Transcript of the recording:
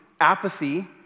apathy